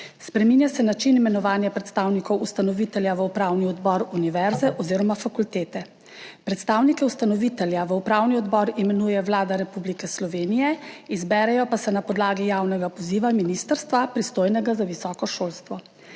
Spreminja se način imenovanja predstavnikov ustanovitelja v upravni odbor univerze oziroma fakultete, predstavnike ustanovitelja v upravni odbor imenuje Vlada Republike Slovenije, izberejo pa se na podlagi javnega poziva ministrstva, pristojnega za visoko šolstvo.